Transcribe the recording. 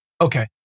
okay